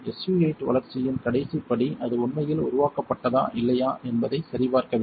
SU 8 வளர்ச்சியின் கடைசிப் படி அது உண்மையில் உருவாக்கப்பட்டதா இல்லையா என்பதைச் சரிபார்க்க வேண்டும்